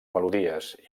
melodies